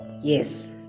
Yes